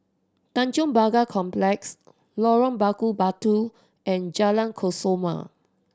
Tanjong Pagar Complex Lorong Bakar Batu and Jalan Kesoma